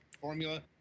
formula